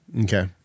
Okay